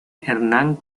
hernán